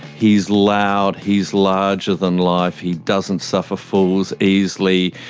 he's loud, he's larger than life. he doesn't suffer fools easily.